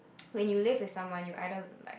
when you live with someone you either like